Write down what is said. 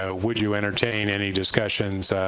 ah would you entertain any discussions